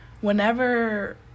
whenever